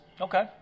Okay